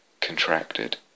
contracted